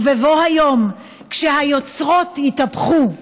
ובבוא היום, כשהיוצרות יתהפכו,